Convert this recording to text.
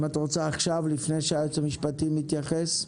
האם את רוצה עכשיו לדבר לפני שהיועץ המשפטי מתייחס?